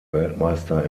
weltmeister